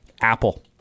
Apple